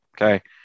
okay